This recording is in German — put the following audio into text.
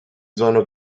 seiner